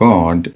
God